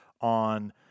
on